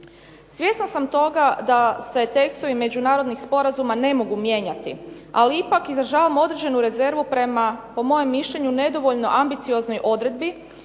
Svjesna sam toga da se tekstovi međunarodnih sporazuma ne mogu mijenjati, ali ipak izražavam određenu rezervu prema, po mojem mišljenju nedovoljno ambicioznoj odredbi